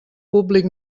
públic